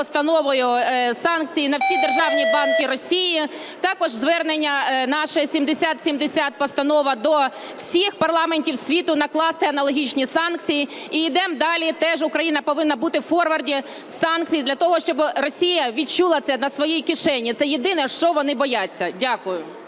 постановою санкцій на всі державні банки Росії. Також звернення наше – 7070 Постанова – до всіх парламентів світу накласти аналогічні санкції. І йдемо далі, теж Україна повинна бути у форварді санкцій для того, щоб Росія відчула це на своїй кишені. Це єдине, що вони бояться. Дякую.